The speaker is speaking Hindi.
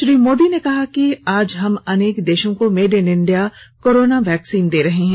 श्री मोदी ने कहा कि आज हम अनेक देशों को made in India corona vaccine दे रहे हैं